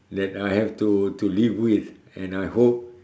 that I have to to live with and I hope